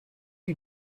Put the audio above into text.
you